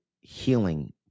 healing